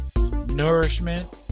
nourishment